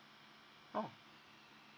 oh